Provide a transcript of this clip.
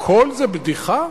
הכול זה בדיחה?